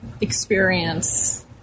experience